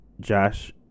josh